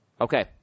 okay